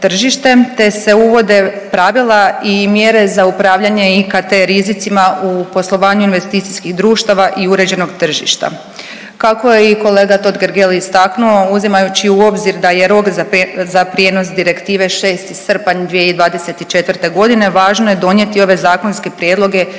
te se uvode pravila i mjere za upravljanje IKT rizicima u poslovanju investicijskih društava i uređenog tržišta. Kako je i kolega Totgergeli istaknuo uzimajući u obzir da je rok za prijenos direktive 6. srpanj 2024. godine važno je donijeti ove zakonske prijedloge